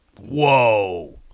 Whoa